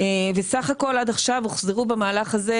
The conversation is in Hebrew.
וסך הכול עד עכשיו הוחזרו במהלך הזה